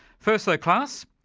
first though class,